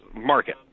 market